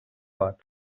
bat